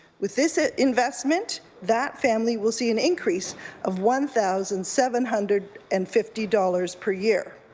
with this ah investment that family will see an increase of one thousand seven hundred and fifty dollars per year.